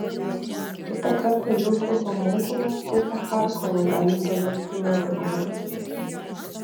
kitą kartą jūsų homunkulas pusę charkovo gali paversti nuodėguliais